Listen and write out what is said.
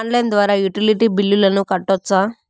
Online ద్వారా utility బిల్లులను కట్టొచ్చా?